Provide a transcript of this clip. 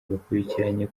bakurikiranye